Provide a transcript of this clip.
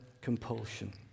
compulsion